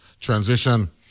transition